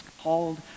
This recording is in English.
called